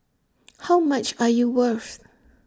how much are you worth